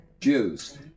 Jews